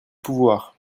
pouvoir